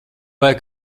vai